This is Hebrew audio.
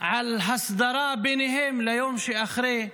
על הסדרה ביניהם ליום שאחרי,